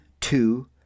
two